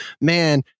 Man